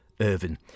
Irvin